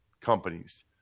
companies